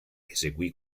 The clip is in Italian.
eseguì